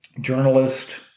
journalist